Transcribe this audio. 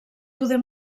poder